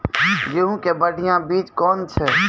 गेहूँ के बढ़िया बीज कौन छ?